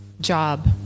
job